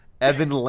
Evan